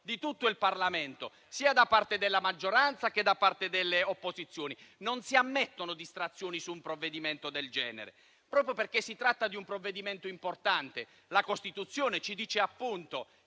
di tutto il Parlamento, sia da parte della maggioranza che da parte delle opposizioni. Non si ammettono distrazioni su un provvedimento del genere, proprio perché si tratta di un provvedimento importante. La Costituzione ci dice che